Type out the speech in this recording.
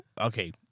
Okay